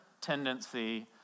tendency